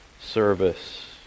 service